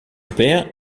père